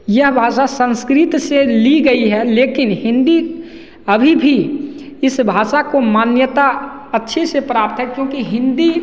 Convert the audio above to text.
यह भाषा संस्कृत से ली गई है लेकिन हिंदी अभी भी इस भाषा को मान्यता अच्छे से प्राप्त है क्योंकि हिंदी